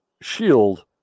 shield